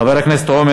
חבר הכנסת נחמן שי?